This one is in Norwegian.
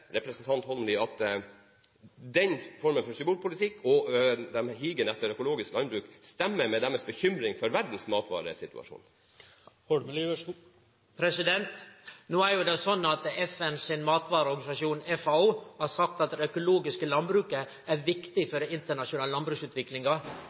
at den formen for symbolpolitikk – og denne higen etter økologisk landbruk – stemmer med deres bekymring for verdens matvaresituasjon? No er det jo sånn at FNs matvareorganisasjon, FAO, har sagt at det økologiske landbruket er viktig